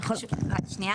רק שנייה,